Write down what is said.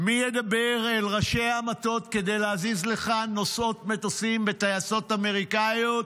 מי ידבר אל ראשי המטות כדי להזיז לכאן נושאות מטוסים בטייסות אמריקניות